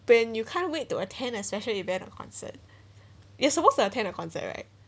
when you can't wait to attend a special event of concert you're supposed to attend a concert right